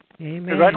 Amen